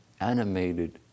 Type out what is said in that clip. animated